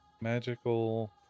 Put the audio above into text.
magical